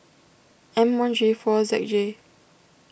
M one G four Z J